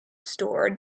store